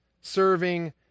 serving